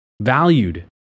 valued